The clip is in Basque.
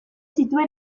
zituen